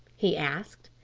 he asked.